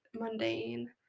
mundane